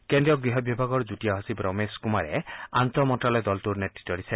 কেন্দ্ৰীয় গৃহ বিভাগৰ যুটীয়া সচিব ৰমেশ কুমাৰে আন্তঃমন্ত্যালয়ৰ দলটোৰ নেতৃত্ব দিছে